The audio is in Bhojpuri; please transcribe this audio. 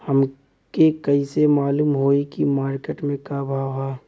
हमके कइसे मालूम होई की मार्केट के का भाव ह?